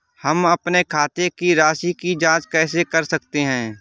हम अपने खाते की राशि की जाँच कैसे कर सकते हैं?